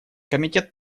комитет